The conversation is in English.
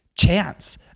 chance